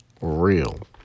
real